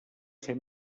ser